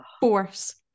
force